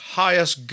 highest